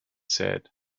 said